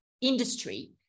industry